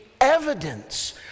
evidence